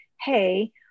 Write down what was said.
Hey